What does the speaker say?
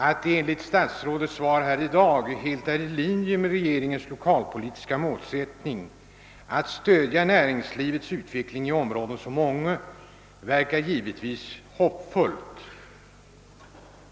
Att det enligt statsrådets svar är helt »i linje med vår lokaliseringspolitiska målsättning att stödja näringslivets utveckling i områden sådana som Ånge», verkar givetvis hoppfullt.